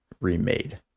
remade